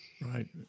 Right